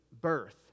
birth